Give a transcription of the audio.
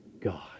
God